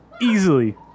Easily